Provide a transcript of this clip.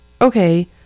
Okay